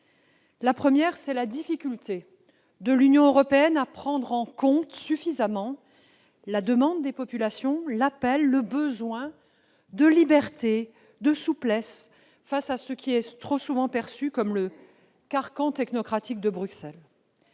Premièrement, la difficulté de l'Union européenne à prendre suffisamment en compte la demande des populations, l'appel, le besoin de liberté, le désir de souplesse face à ce qui est trop souvent perçu comme le carcan technocratique de Bruxelles.